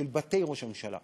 של בתי ראש הממשלה,